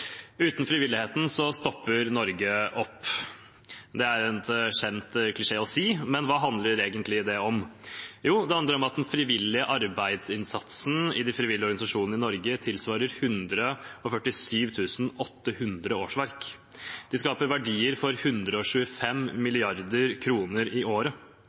Uten frivilligheten stopper Norge opp. Det er en kjent klisjé å si, men hva handler det egentlig om? Jo, det handler om at den frivillige arbeidsinnsatsen i de frivillige organisasjonene i Norge tilsvarer 147 800 årsverk. De skaper verdier for 125 mrd. kr i året.